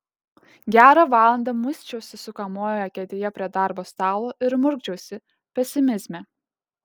gerą valandą muisčiausi sukamojoje kėdėje prie darbo stalo ir murkdžiausi pesimizme